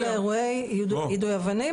אלה אירועי יידוי אבנים,